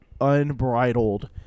unbridled